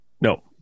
No